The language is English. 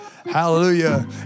Hallelujah